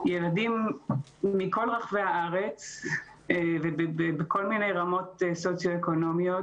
ילדים מכל רחבי הארץ ובכל מיני רמות סוציו-אקונומיות.